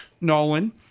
Nolan